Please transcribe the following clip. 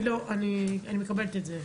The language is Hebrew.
אני מקבלת את זה.